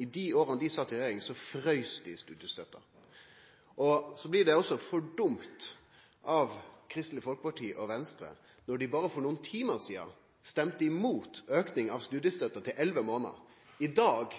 I dei åra dei satt i regjering, fraus dei studiestøtta. Da blir det for dumt at Kristeleg Folkeparti og Venstre, når dei berre for nokre timar sidan stemte mot auking av studiestøtta til 11 månader, i dag